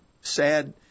sad